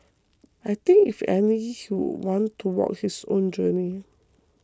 I think if anything he would want to walk his own journey